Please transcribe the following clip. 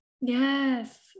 Yes